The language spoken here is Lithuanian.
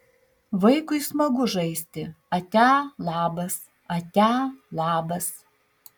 vaikui smagu žaisti atia labas atia labas